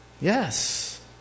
Yes